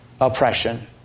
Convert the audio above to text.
oppression